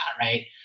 right